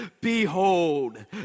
behold